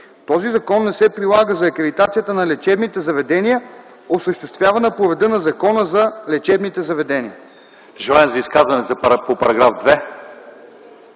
Този закон не се прилага за акредитацията на лечебните заведения, осъществявана по реда на Закона за лечебните заведения.”